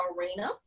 arena